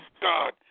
God